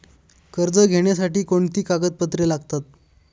कर्ज घेण्यासाठी कोणती कागदपत्रे लागतात?